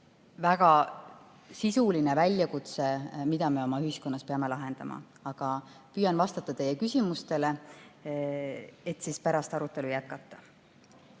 väga sisuline väljakutse, mida me oma ühiskonnas peame lahendama. Aga püüan vastata teie küsimustele, et siis pärast arutelu